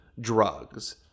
drugs